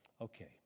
Okay